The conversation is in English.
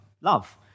Love